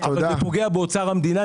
אבל זה פוגע באוצר המדינה,